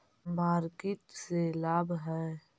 Market से का लाभ है?